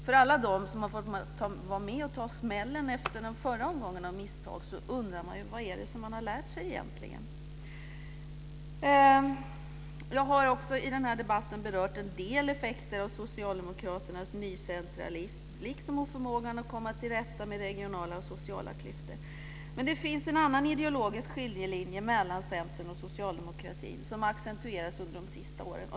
För alla dem som har fått vara med och ta smällen av förra omgångens misstag, undrar man vad det är som man har lärt sig. Jag har i den här debatten berört en del effekter av Socialdemokraternas nycentralism, liksom oförmågan att komma till rätta med regionala och sociala klyftor. Men det finns en annan ideologisk skiljelinje mellan Centern och socialdemokratin som har accentuerats de senaste åren.